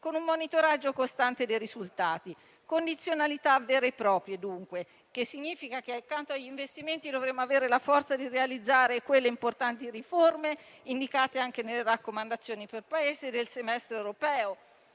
con un monitoraggio costante dei risultati. Si tratta di condizionalità vere e proprie, dunque, il che significa che, accanto agli investimenti, dovremo avere la forza di realizzare le importanti riforme, indicate anche nelle raccomandazioni per Paese, del semestre europeo.